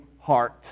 heart